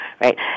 right